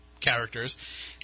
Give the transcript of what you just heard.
characters